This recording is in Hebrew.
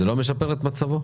זה לא משפר את מצבו?